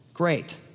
great